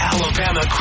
Alabama